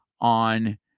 on